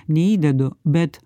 neįdedu bet